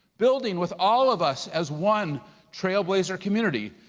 building with all of us as one trail blazer community,